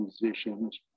musicians